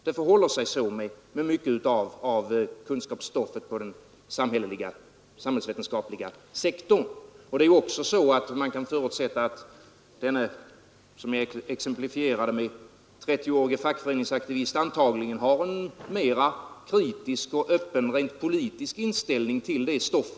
Det förhåller sig så med mycket av kunskapsstoffet på den samhällsvetenskapliga sektorn. Man kan också förutsätta att denna 30-åriga fackföreningsaktivist, som jag exemplifierade med, antagligen har en mera kritisk och öppen rent politisk inställning till det stoffet.